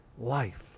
life